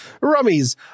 rummies